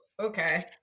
Okay